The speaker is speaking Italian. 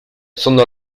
sono